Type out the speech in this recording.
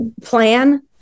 plan –